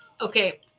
Okay